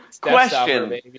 Question